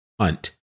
hunt